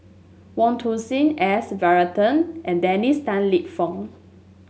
Wong Tuang Seng S Varathan and Dennis Tan Lip Fong